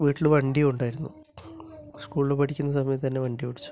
വീട്ടില് വണ്ടി ഉണ്ടായിരുന്നു സ്കൂളില് പഠിക്കുന്ന സമയത്ത് തന്നെ വണ്ടി ഓടിച്ചു